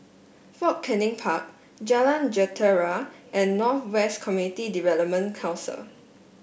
Fort Canning Park Jalan Jentera and North West Community Development Council